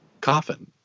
Coffin